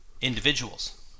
individuals